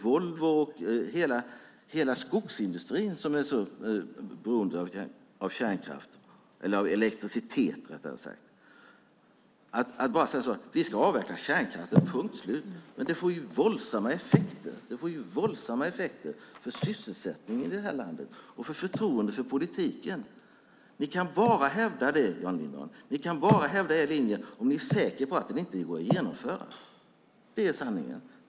Volvo och hela skogsindustrin är ju så beroende av kärnkraft eller av elektricitet, rättare sagt. Man säger: Vi ska avveckla kärnkraften - punkt slut. Men det får våldsamma effekter för sysselsättningen i det här landet och för förtroendet för politiken. Ni kan bara hävda er linje, Jan Lindholm, om ni är säkra på att den inte går att genomföra. Det är sanningen.